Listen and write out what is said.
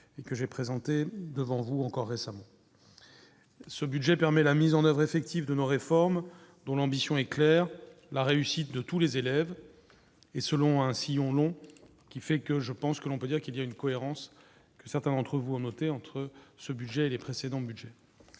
et que j'ai présenté devant vous encore récemment ce budget permet la mise en oeuvre effective de nos réformes dont l'ambition est claire la réussite de tous les élèves et selon un sillon on, on qui fait que je pense que l'on peut dire qu'il y a une cohérence que certains d'entre vous ont noté entre ce budget les précédents Budgets,